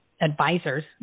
advisors